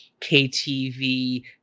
KTV